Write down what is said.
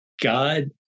God